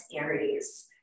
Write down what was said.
Aries